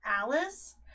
Alice